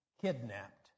kidnapped